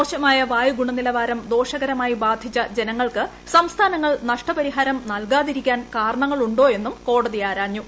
മോശമായ വായുഗുണനിലവാരം ദോഷകരമായി ബാധിച്ച ജനങ്ങൾക്ക് സംസ്ഥാനങ്ങൾ നഷ്ടപരിഹാരം നൽകാതിരിക്കാൻ കാരണങ്ങളുണ്ടോ എന്നും കോടതി ആരാഞ്ഞു